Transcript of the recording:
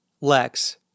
Lex